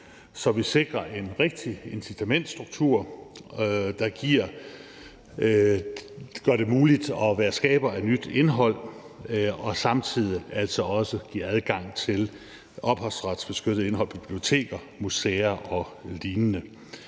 så vi sikrer en rigtig incitamentsstruktur, der gør det muligt at være skaber af nyt indhold og samtidig altså også giver adgang til ophavsretsbeskyttet indhold på biblioteker, museer og lignende.